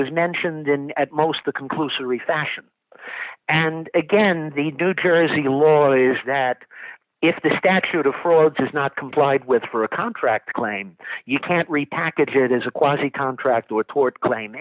was mentioned in at most the conclusory fashion and again the new jersey law is that if the statute of frauds not complied with for a contract claim you can't repackage it as a quasi contract or a tort claim